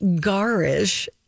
garish